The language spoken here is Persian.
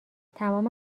تمام